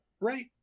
right